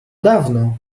dawno